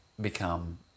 become